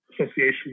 association